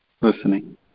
Listening